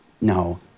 no